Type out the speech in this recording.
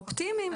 אופטימיים.